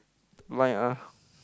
blind ah